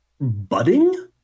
budding